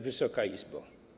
Wysoka Izbo!